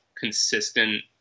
consistent